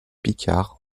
picard